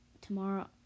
tomorrow